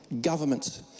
government